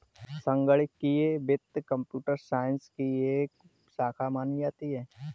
संगणकीय वित्त computer science की एक शाखा मानी जाती है